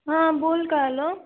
हां बोल काय झालं